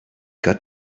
got